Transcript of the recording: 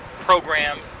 programs